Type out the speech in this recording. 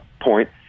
point